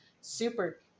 super